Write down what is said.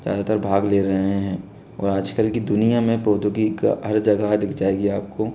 ज़्यादातर भाग ले रहे हैं और आजकल की दुनिया में प्रौद्योगिकी का हर जगह दिख जाएगी आपको